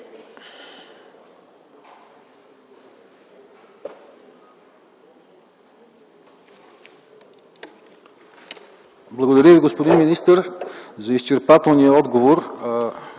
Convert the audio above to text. Благодаря Ви, господин министър, за изчерпателния отговор.